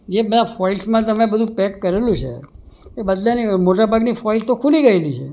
જે બધા ફોઇલ્સમાં તમે બધું પેક કરેલું છે એ બદલાની મોટાભાગની ફોઇલ્સ તો ખુલી ગયેલી છે